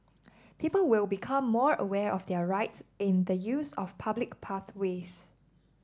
people will become more aware of their rights in the use of public pathways